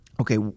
okay